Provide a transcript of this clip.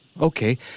Okay